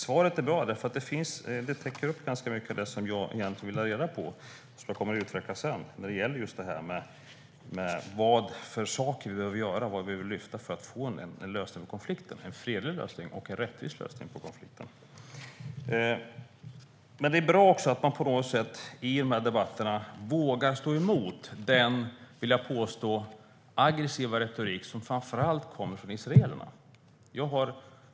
Svaret är bra. Det täcker upp ganska mycket av det jag ville ha reda på och som jag kommer att utveckla sedan. Det gäller vad vi behöver göra och lyfta fram för att få en fredlig och rättvis lösning på konflikten. Det är också bra att man i debatterna vågar stå emot den aggressiva retorik som framför allt kommer från israelerna.